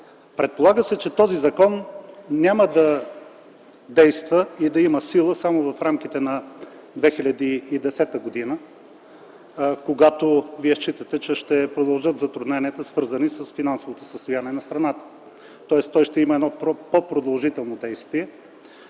Предполага се, че този закон няма да действа и да има сила само в рамките на 2010 г., когато считате, че ще продължат затрудненията, свързани с финансовото състояние на страната. Тоест той ще има по-продължително действие,